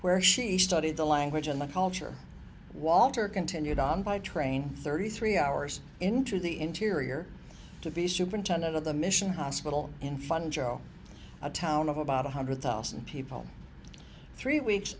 where she studied the language and the culture walter continued on by train thirty three hours into the interior to be superintendent of the mission hospital in fun jo a town of about one hundred thousand people three weeks